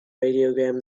radiogram